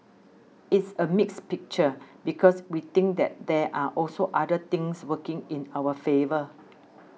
it's a mixed picture because we think that there are also other things working in our favour